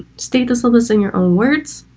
state the syllabus in your own words